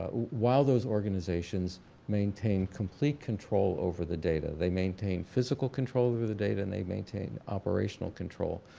while those organizations maintain complete control over the data. they maintain physical control over the data and they maintain operational control,